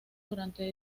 durante